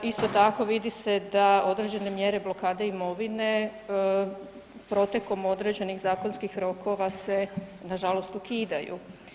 Isto tako vidi se da određene mjere blokade imovine protekom određenih zakonskih rokova se nažalost ukidaju.